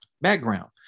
Background